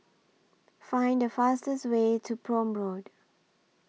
Find The fastest Way to Prome Road